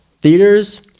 Theaters